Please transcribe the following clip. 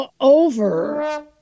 over